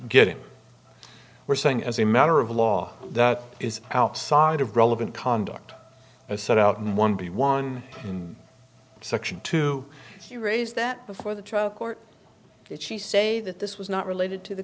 getting we're saying as a matter of law that is outside of relevant conduct as set out in one b one in section two he raised that before the trial court did she say that this was not related to the